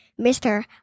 Mr